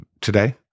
today